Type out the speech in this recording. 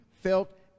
felt